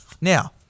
Now